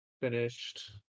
Finished